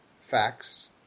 facts